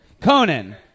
conan